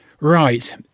right